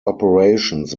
operations